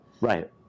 right